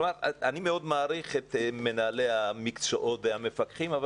אני מאוד מעריך את מנהלי המקצועות והמפקחים אבל